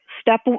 step